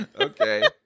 Okay